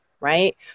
right